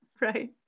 Right